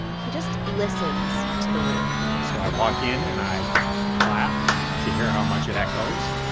he just listens to the room so i walk in and i clap to hear how much it echoes.